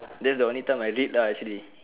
that's the only time I read lah actually